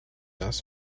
das